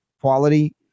quality